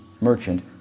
merchant